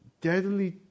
deadly